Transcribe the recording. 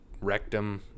rectum